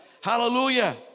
Hallelujah